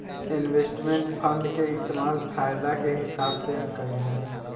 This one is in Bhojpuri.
इन्वेस्टमेंट फंड के इस्तेमाल फायदा के हिसाब से ही कईल जाला